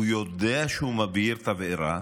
הוא יודע שהוא מבעיר בערה,